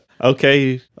Okay